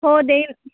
हो देईल